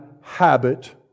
habit